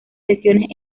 lesiones